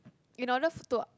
in order for to